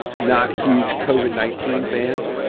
not huge covid nineteen fans.